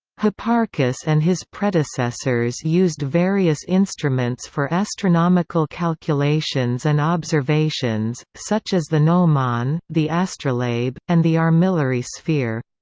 hipparchus and his predecessors used various instruments for astronomical calculations and observations, such as the gnomon, the astrolabe, and the armillary sphere.